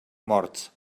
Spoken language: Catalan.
morts